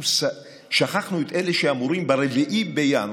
אנחנו שכחנו את אלה שאמורים ב-4 בינואר